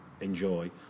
enjoy